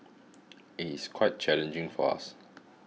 it is quite challenging for us